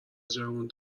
جوون